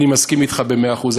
אני מסכים אתך במאה אחוזים,